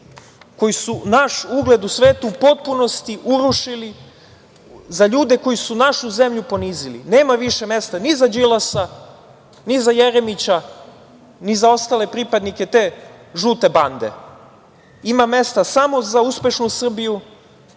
koji su naš ugled u svetu u potpunosti urušili, za ljude koji su našu zemlju ponizili. Nema više mesta ni za Đilasa, ni za Jeremića, ni za ostale pripadnike te žute bande. Ima mesta samo za uspešnu Srbiju,